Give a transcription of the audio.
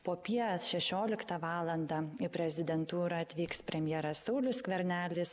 popie šešioliktą valandą į prezidentūrą atvyks premjeras saulius skvernelis